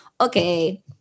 okay